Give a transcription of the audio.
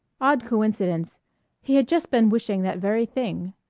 odd coincidence he had just been wishing that very thing.